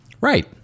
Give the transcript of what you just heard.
Right